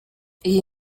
iyi